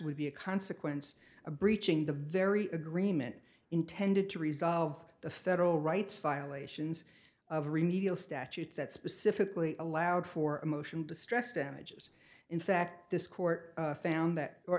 would be a consequence of breaching the very agreement intended to resolve the federal rights violations of remedial statute that specifically allowed for emotional distress damages in fact this court found that or